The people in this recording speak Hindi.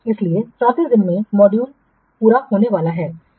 इसलिए 34 दिनों के मॉड्यूल में पूरा होने वाला है